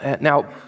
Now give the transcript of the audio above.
Now